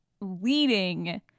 leading